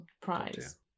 prize